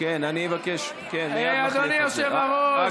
אדוני יושב-הראש,